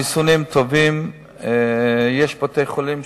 החיסונים טובים, יש בתי-חולים